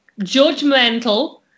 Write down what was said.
judgmental